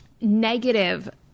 negative